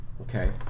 Okay